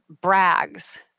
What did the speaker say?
brags